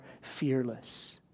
fearless